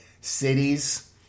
cities